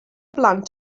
blant